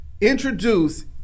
introduce